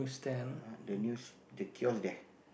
ah the news the kiosk there